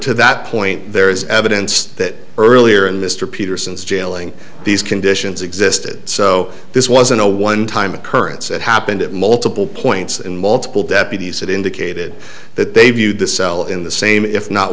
to that point there is evidence that earlier in mr peterson's jailing these conditions existed so this wasn't a one time occurrence it happened at multiple points in multiple deputies that indicated that they viewed the cell in the same if not